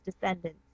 descendants